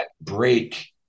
break